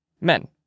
Men